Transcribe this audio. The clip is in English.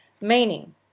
Meaning